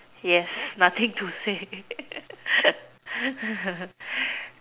yes nothing to say